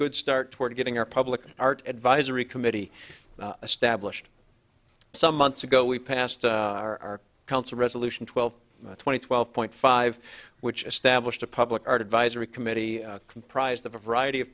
good start toward getting our public art advisory committee established some months ago we passed our council resolution twelve twenty twelve point five which established a public art advisory committee comprised of a variety of